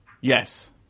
Yes